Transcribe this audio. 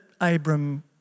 Abram